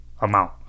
amount